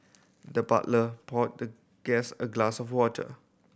the butler poured the guest a glass of water